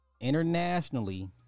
internationally